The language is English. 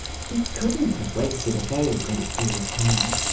he couldn't have wasted a very great deal of time.